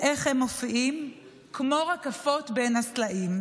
איך הם מופיעים / כמו רקפות בין הסלעים.